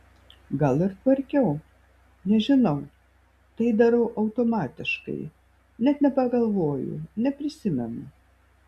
gal ir tvarkiau nežinau tai darau automatiškai net nepagalvoju neprisimenu